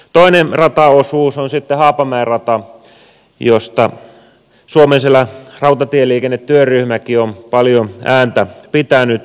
toinen rataosuus on sitten haapamäen rata josta suomenselän rautatieliikennetyöryhmäkin on paljon ääntä pitänyt